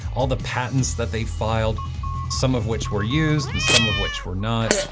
all the patents that they filed some of which were used, and some of which were not.